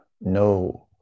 no